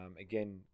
Again